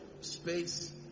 space